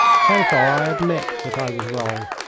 so far i admit that i was wrong,